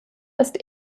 ist